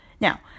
Now